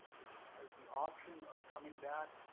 it has the option of coming back